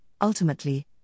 ultimately